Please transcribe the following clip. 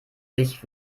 sich